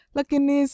Lakini